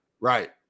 Right